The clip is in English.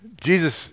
Jesus